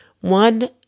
One